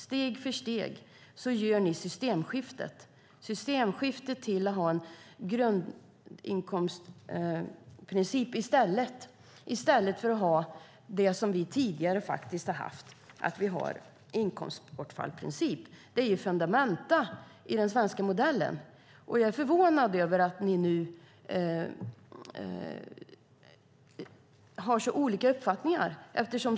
Steg för steg gör ni ett systemskifte till att ha en grundinkomstprincip i stället för att ha det vi tidigare har haft, nämligen en inkomstbortfallsprincip. Det är ju fundamenta i den svenska modellen. Jag är förvånad över att ni nu har så olika uppfattningar.